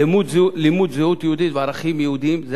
לימוד זהות יהודית וערכים יהודיים זה